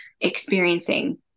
experiencing